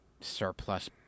surplus